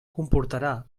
comportarà